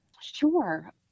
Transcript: sure